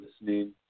listening